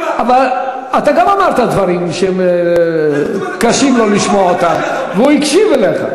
אתה גם אמרת דברים שקשה לו לשמוע והוא הקשיב לך,